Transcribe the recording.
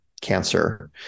cancer